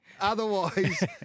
Otherwise